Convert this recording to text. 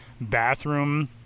bathroom